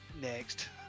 next